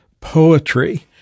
poetry